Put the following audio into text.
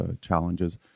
challenges